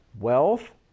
wealth